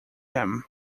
him